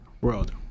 world